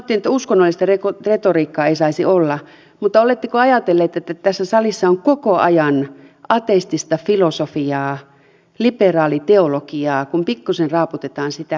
sanottiin että uskonnollista retoriikkaa ei saisi olla mutta oletteko ajatelleet että tässä salissa on koko ajan ateistista filosofiaa liberaaliteologiaa kun pikkuisen raaputetaan sitä pintaa